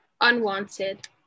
unwanted